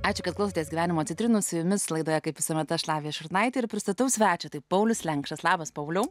ačiū kad klausotės gyvenimo citrinų su jumis laidoje kaip visuomet aš lavija šurnaitė ir pristatau svečią tai paulius lenkšas labas pauliau